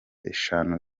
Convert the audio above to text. eshanu